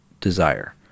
desire